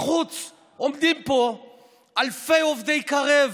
בחוץ עומדים פה אלפי עובדי קרב.